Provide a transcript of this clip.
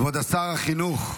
כבוד שר החינוך,